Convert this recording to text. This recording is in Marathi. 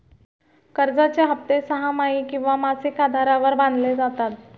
कर्जाचे हप्ते सहामाही किंवा मासिक आधारावर बांधले जातात